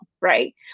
right